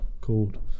called